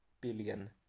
billion